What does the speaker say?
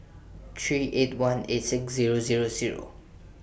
three eight one eight six Zero Zero Zero